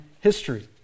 history